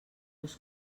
los